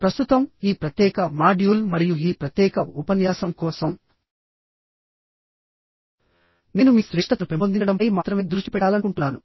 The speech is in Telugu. ప్రస్తుతం ఈ ప్రత్యేక మాడ్యూల్ మరియు ఈ ప్రత్యేక ఉపన్యాసం కోసం నేను మీ శ్రేష్ఠతను పెంపొందించడంపై మాత్రమే దృష్టి పెట్టాలనుకుంటున్నాను